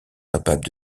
capables